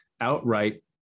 outright